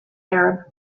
arab